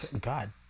god